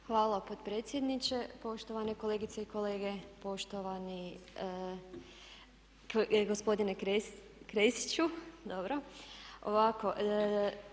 Hvala potpredsjedniče. Poštovane kolegice i kolege, poštovani gospodine Klešiću.